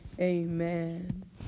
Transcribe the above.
amen